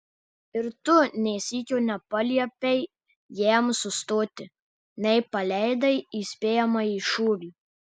ir tu nė sykio nepaliepei jam sustoti nei paleidai įspėjamąjį šūvį